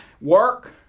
Work